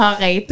Okay